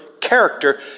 character